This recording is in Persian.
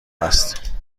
است